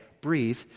breathe